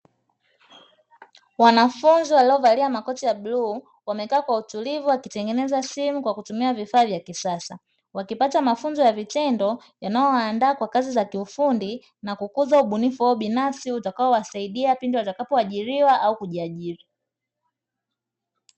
Wanafunzi walio valia makoti ya bluu wamekaa kwa utulivu wakitengeneza simu kwa kutumia vifaa vya kisasa. Wakipata mafunzo ya vitendo yanayo waandaa kwa kazi za kiufundi na kukuza ubunifu wao binafsi utakao wasaidia pindi watakapo ajiriwa au kujiajiri.